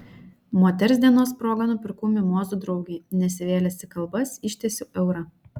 moters dienos proga nupirkau mimozų draugei nesivėlęs į kalbas ištiesiau eurą